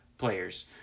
players